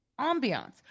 ambiance